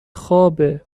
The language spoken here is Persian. خوابه